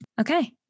Okay